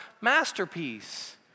masterpiece